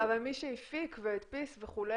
אבל מי שהפיק והדפיס וכו',